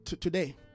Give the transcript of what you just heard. today